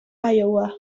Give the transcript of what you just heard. iowa